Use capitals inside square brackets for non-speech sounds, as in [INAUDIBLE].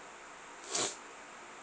[NOISE]